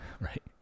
right